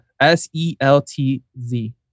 S-E-L-T-Z